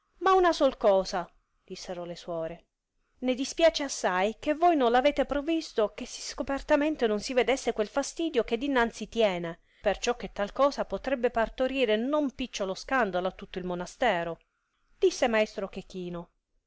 s sol cosa dissero le suori ne dispiace assai che voi nod avete provislo che si scopertamente non si vedesse quel fastidio che dinanzi tiene perciò che tal cosa potrebbe partorire non picciolo scandolo a tutto il monastoi'o disse maestro chechino